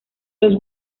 los